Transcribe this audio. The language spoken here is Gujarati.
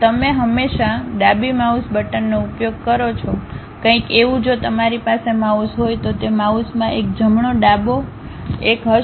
તમે હંમેશાં ડાબી માઉસ બટનનો ઉપયોગ કરો છો કંઇક એવું જો તમારી પાસે માઉસ હોય તો તે માઉસમાં એક જમણો ડાબો એક હશે